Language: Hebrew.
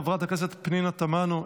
חברת הכנסת פנינה תמנו,